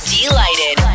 delighted